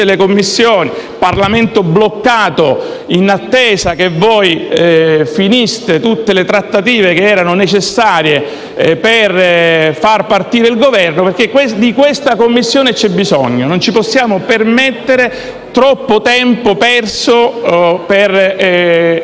delle Commissioni, con il Parlamento bloccato in attesa che finiste tutte le trattative necessarie per far partire il Governo, perché di questa Commissione c'è bisogno. Non ci possiamo permettere di perdere troppo tempo per